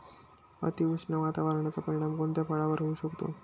अतिउष्ण वातावरणाचा परिणाम कोणत्या फळावर होऊ शकतो?